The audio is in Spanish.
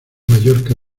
mallorca